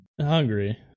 Hungry